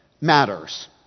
matters